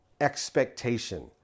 expectation